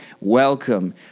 welcome